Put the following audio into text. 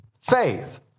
faith